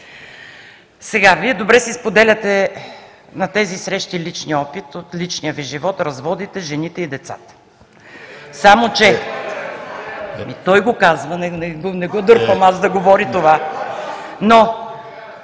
Сега, Вие добре си споделяте на тези срещи личния опит, от личния Ви живот, разводите, жените и децата. (Шум и реплики в залата.) Той го казва, не го дърпам аз да говори това. Питам